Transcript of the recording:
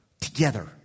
together